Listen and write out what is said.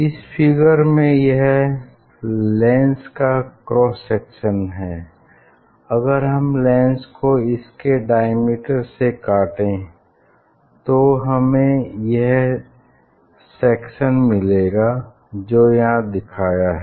इस फिगर में यह लेंस का क्रॉस सेक्शन है अगर हम लेंस को इसके डायमीटर से काटे तो हमें यह सेक्शन मिलेगा जो यहाँ दिखाया है